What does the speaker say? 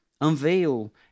unveil